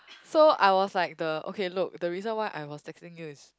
so I was like the okay look the reason why I was texting you is